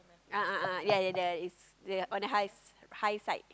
a'ah ah ya ya the is the on the high high side